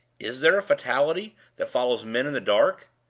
is there a fatality that follows men in the dark?